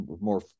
more